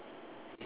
ya